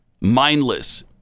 mindless